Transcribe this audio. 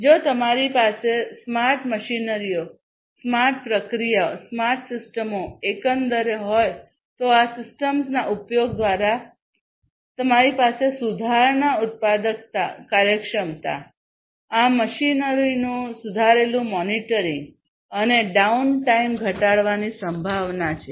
જો તમારી પાસે સ્માર્ટ મશીનરીઓ સ્માર્ટ પ્રક્રિયાઓ સ્માર્ટ સિસ્ટમો એકંદરે હોય તો આ સિસ્ટમ્સના ઉપયોગ દ્વારા તમારી પાસે સુધારણા ઉત્પાદકતા કાર્યક્ષમતા આ મશીનરીનું સુધારેલું મોનિટરિંગ અને ડાઉન ટાઇમ ઘટાડવાની સંભાવના છે